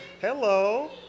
Hello